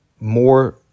more